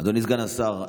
אדוני סגן השר,